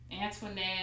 Antoinette